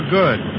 good